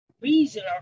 reason